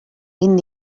vint